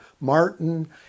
Martin